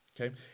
Okay